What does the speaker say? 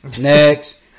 next